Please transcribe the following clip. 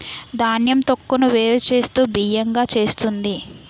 ధాన్యం తొక్కును వేరు చేస్తూ బియ్యం గా చేస్తుంది